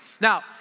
Now